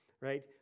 Right